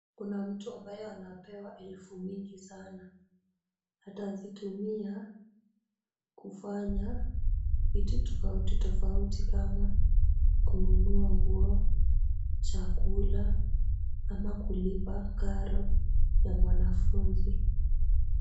Kuna mtu ambaye anapewa elfu mingi sana. Atazitumia kufanya vitu tofauti tofauti kama kununua nguo, chakula ama kulipa karo ya mwanafunzi.